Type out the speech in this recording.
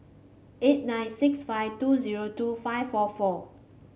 eight nine six five two zero two five four four